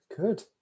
Good